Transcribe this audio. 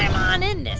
on in